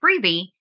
freebie